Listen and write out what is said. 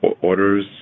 orders